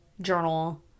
journal